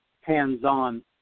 hands-on